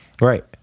Right